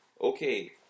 Okay